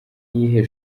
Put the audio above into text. iyihe